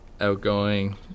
Outgoing